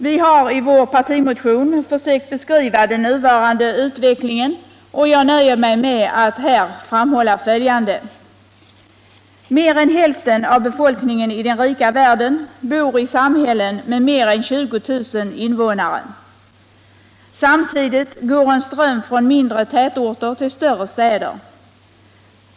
Vi har I vår partimotion försökt beskriva den nuvarande utvecklingen, och jag nöjer mig därför med att här framhålla följande. Mer än hälften av befolkningen i den rika världen bor i samhällen med mer än 20 000 invånare. Samtidigt går en ström från mindre tätorter till större städer.